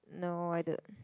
no I don't